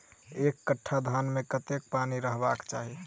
एक कट्ठा धान मे कत्ते पानि रहबाक चाहि?